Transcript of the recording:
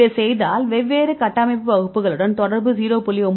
இதைச் செய்தால் வெவ்வேறு கட்டமைப்பு வகுப்புகளுடன் தொடர்பு 0